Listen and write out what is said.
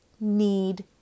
need